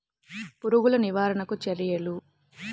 పురుగులు నివారణకు చర్యలు?